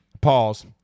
Pause